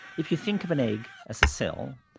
if you think of an egg as a cell,